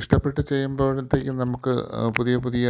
ഇഷ്ടപ്പെട്ട് ചെയ്യുമ്പോഴത്തേക്കും നമുക്ക് പുതിയ പുതിയ